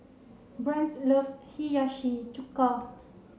Brent loves Hiyashi Chuka